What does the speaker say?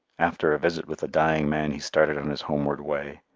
after a visit with the dying man he started on his homeward way.